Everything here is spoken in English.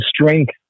strength